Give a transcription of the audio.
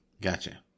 Gotcha